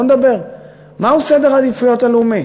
בואו נדבר, מהו סדר העדיפויות לאומי?